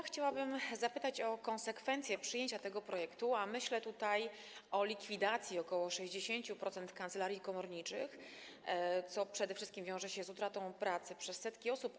Chciałabym zapytać o konsekwencje przyjęcia tego projektu, a myślę tutaj o likwidacji ok. 60% kancelarii komorniczych, co przede wszystkim wiąże się z utratą pracy przez setki osób.